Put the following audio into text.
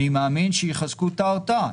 אני מאמין שיחזקו את ההרתעה.